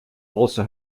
also